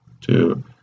two